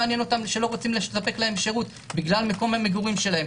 רוצים לתת להם שירות בגלל מקום המגורים שלהם.